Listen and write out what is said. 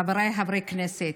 חבריי חברי הכנסת,